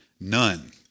none